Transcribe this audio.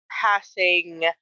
passing